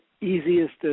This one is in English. easiest